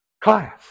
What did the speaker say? class